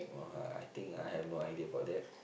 !woah! I I think I have no idea about that